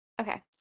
Okay